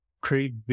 Create